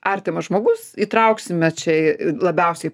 artimas žmogus įtrauksime čia labiausiai